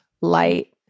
light